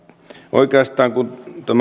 oikeastaan tämä